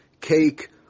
cake